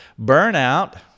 burnout